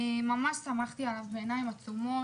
סמכתי עליו בעיניים עצומות.